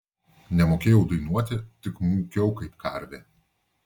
nemokėjau dainuoti tik mūkiau kaip karvė